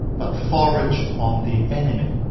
but forage on the enemy.